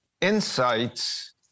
insights